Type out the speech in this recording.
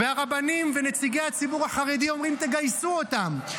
והרבנים ונציגי הציבור החרדי אומרים: תגייסו אותם.